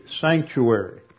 sanctuary